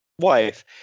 wife